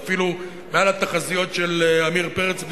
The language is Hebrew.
זה אפילו מעל התחזיות של עמיר פרץ,